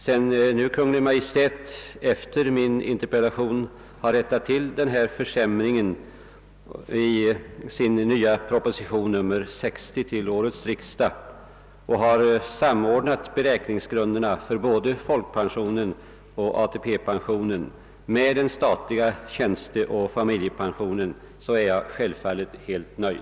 Sedan nu Kungl. Maj:t efter min interpellation har rättat till förhållandet i sin nya proposition nr 60 till årets riksdag och samordnat beräkningsgrunderna för både folkpensionen och ATP-pensionen med den statliga tjänsteoch familjepensionen är jag självfallet helt nöjd.